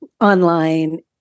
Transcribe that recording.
online